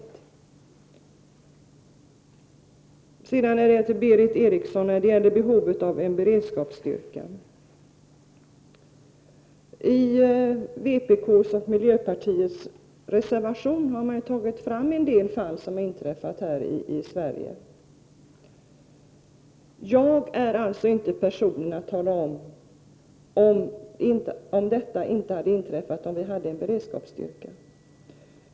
Till Berith Eriksson vill jag säga följande när det gäller behovet en beredskapsstyrka. I vpk:s och miljöpartiets reservation har man tagit fram en del fall i Sverige. Jag är emellertid inte rätt person att avgöra om terroraktionerna skulle ha inträffat, om vi hade haft en beredskapsstyrka.